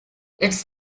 its